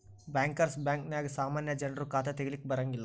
bankers ಬ್ಯಾಂಕ ನ್ಯಾಗ ಸಾಮಾನ್ಯ ಜನ್ರು ಖಾತಾ ತಗಿಲಿಕ್ಕೆ ಬರಂಗಿಲ್ಲಾ